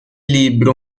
libro